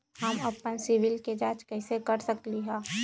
हम अपन सिबिल के जाँच कइसे कर सकली ह?